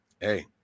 Hey